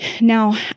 Now